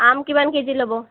আম কিমান কেজি ল'ব